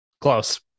Close